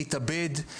להתאבד,